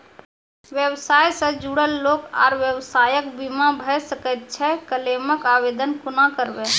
व्यवसाय सॅ जुड़ल लोक आर व्यवसायक बीमा भऽ सकैत छै? क्लेमक आवेदन कुना करवै?